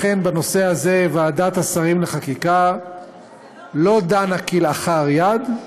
אכן בנושא זה ועדת השרים לחקיקה לא דנה כלאחר יד,